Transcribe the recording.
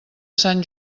sant